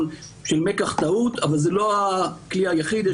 של "מקח טעות" אבל זה לא הכלי היחיד,